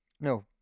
No